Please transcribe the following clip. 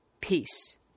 peace